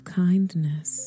kindness